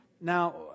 now